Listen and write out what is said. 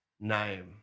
name